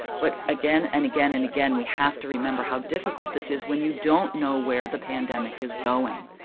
but again and again and again, we have to remember how difficult this is when you don't know where the pandemic is going.